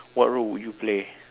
what role would you play